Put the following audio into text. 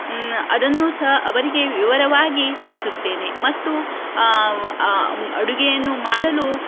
ಅದನ್ನು ಸಹ ಅವರಿಗೆ ವಿವರವಾಗಿ ತಿಳಿಸುತ್ತೇನೆ ಮತ್ತು ಅಡುಗೆಯನ್ನು ಮಾಡಲು